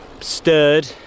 stirred